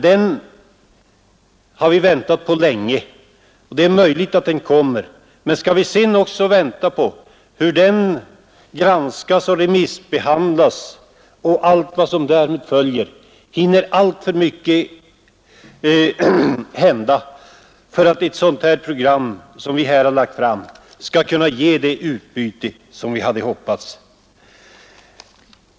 Vi har väntat på den länge, och det är möjligt att den lägger fram sitt resultat, men om vi sedan också skall vänta på hur det remissbehandlas och allt som därmed följer hinner alltför mycket hända för att ett sådant program som vi har föreslagit skall kunna ge det utbyte som vi hade hoppats.